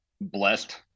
blessed